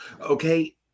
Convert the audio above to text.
Okay